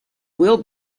will